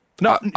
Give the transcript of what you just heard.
No